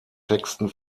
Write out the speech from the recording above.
texten